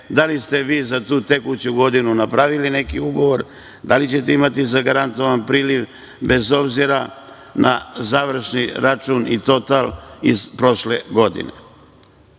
da li ste vi za tu tekuću godinu napravili neki ugovor, da li ćete imati zagarantovan priliv, bez obzira na završni račun i total iz prošle godine. Tako